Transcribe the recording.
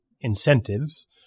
incentives